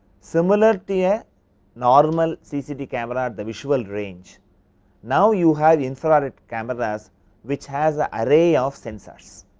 similar to a normal ccd camera at the visual range now, you have infrared cameras which has the array of sensors.